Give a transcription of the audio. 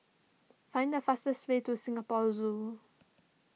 find the fastest way to Singapore Zoo